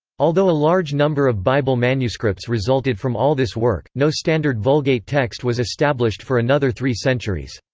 although a large number of bible manuscripts resulted from all this work, no standard vulgate text was established for another three centuries.